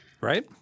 right